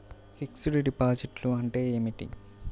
Fixed డిపాజిట్లు అంటే ఏమిటి?